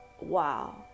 wow